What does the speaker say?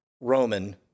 Roman